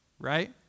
right